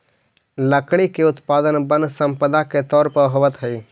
लकड़ी के उत्पादन वन सम्पदा के तौर पर होवऽ हई